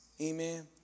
amen